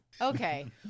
Okay